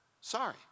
sorry